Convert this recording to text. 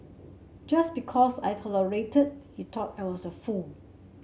just because I tolerated he thought I was a fool